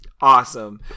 Awesome